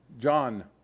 John